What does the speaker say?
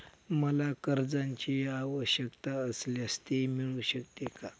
मला कर्जांची आवश्यकता असल्यास ते मिळू शकते का?